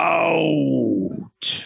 out